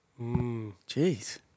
Jeez